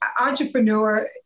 entrepreneur